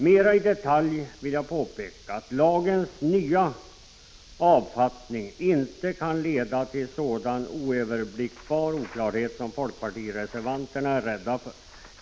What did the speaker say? Mera i detalj vill jag påpeka att lagens nya avfattning inte kan leda till sådan oöverblickbar oklarhet som fp-reservanterna är rädda för.